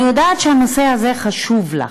אני יודעת שהנושא הזה חשוב לך,